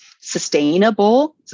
sustainable